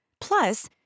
Plus